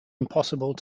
impossible